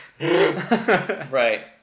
right